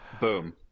Boom